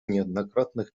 неоднократных